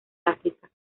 áfrica